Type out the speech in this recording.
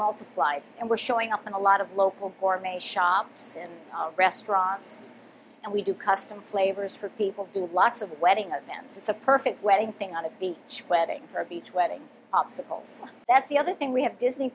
multiply and we're showing up in a lot of local or may shops in restaurants and we do custom flavors for people do lots of wedding and then it's a perfect wedding thing on a beach wedding or a beach wedding obstacles that's the other thing we have disney